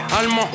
allemand